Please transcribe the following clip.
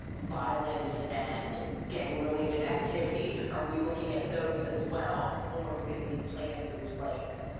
violence and gang-related activity? are we looking at those as well when we're putting these plans in place?